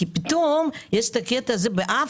כי פתאום באפריקה,